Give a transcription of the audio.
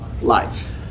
life